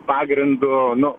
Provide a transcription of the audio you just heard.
pagrindu nu